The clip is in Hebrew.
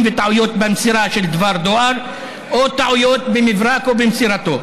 וטעויות במסירה של דבר דואר או טעויות במברק או במסירתו,